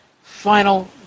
final